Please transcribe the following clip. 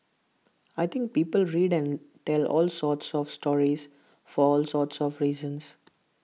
I think people read and tell all sorts of stories for all sorts of reasons